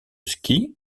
ski